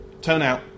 turnout